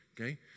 okay